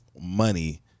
money